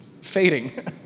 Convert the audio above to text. fading